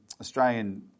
Australian